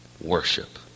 worship